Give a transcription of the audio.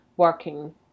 working